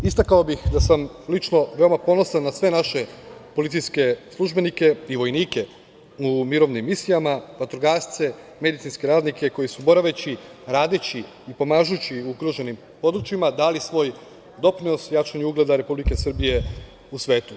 Istakao sam da sam lično veoma ponosan na sve naše policijske službenike i vojnike u mirovnim misijama, vatrogasce, medicinske radnike koji su boraveći, radeći i pomažući ugroženim područjima dali svoj doprinos i jačanju ugleda Republike Srbije u svetu.